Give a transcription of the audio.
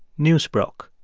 news broke.